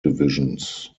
divisions